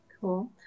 Cool